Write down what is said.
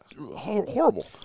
Horrible